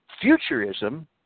futurism